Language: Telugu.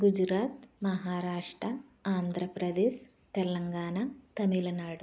గుజరాత్ మహారాష్ట్ర ఆంధ్రప్రదేశ్ తెలంగాణ తమిళనాడు